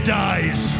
dies